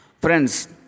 Friends